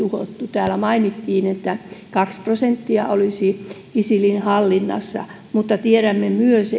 täällä mainittiin että kaksi prosenttia olisi isilin hallinnassa mutta tiedämme myös